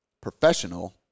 professional